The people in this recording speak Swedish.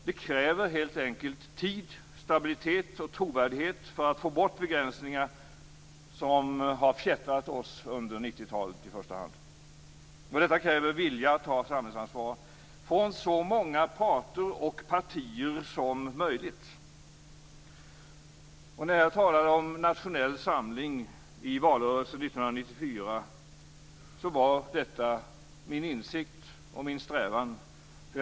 Det kräver tid, stabilitet och trovärdighet för att få bort de begränsningar som har fjättrat oss under 90-talet. Detta kräver vilja att ta samhällsansvar hos så många parter och partier som möjligt. När jag talade om nationell samling i valrörelsen 1994 var detta min insikt och strävan.